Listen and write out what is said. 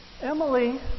Emily